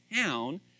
town